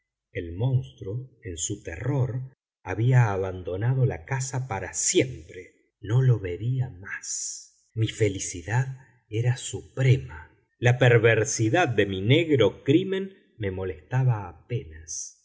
el monstruo en su terror había abandonado la casa para siempre no lo vería más mi felicidad era suprema la perversidad de mi negro crimen me molestaba apenas